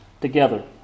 together